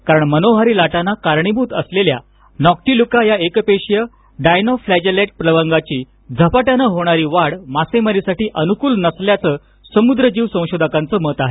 कारण या मनोहारी लाटांना कारणीभूत असलेल्या नॉक्टिल्यूका या एकपेशीय डायनोफ्लाजेलेट प्लवंगाची झपाट्यानं होणारी वाढ मासेमारीसाठी अनुकूल नसल्याच समुद्री जीव संशोधकांचं मत आहे